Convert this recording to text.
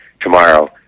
tomorrow